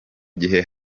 gihe